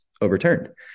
overturned